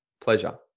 pleasure